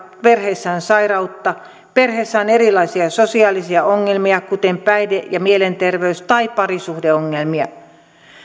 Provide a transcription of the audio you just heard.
perheessä on sairautta perheessä on erilaisia sosiaalisia ongelmia kuten päihde ja mielenterveys tai parisuhdeongelmia